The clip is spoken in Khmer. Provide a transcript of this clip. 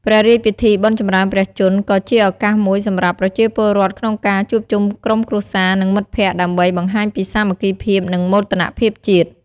ព្រះរាជពិធីបុណ្យចម្រើនព្រះជន្ម ក៏ជា ឱកាសមួយ សម្រាប់ ប្រជាពលរដ្ឋ ក្នុងការ ជួបជុំក្រុមគ្រួសារ និង មិត្តភក្តិ ដើម្បី បង្ហាញពីសាមគ្គីភាព និង មោទកភាពជាតិ។